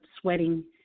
sweating